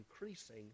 increasing